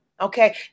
okay